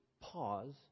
pause